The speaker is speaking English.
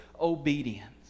obedience